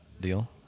deal